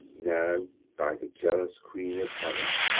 now, by the jealous queen of heaven,